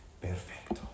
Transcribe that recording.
perfecto